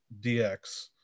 DX